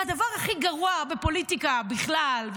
והדבר הכי גרוע בפוליטיקה בכלל,